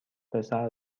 پسر